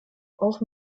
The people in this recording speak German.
auch